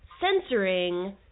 censoring